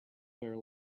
were